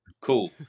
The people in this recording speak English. cool